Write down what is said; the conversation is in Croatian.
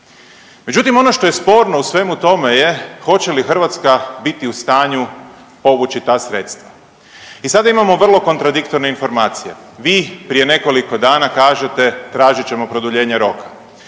Međutim ono što je sporno u svemu tome je hoće li Hrvatska biti u stanju povući ta sredstva. I sada imamo vrlo kontradiktorne informacije, vi prije nekoliko dana kažete tražit ćemo produljenje roka,